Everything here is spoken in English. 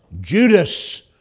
Judas